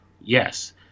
yes